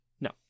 No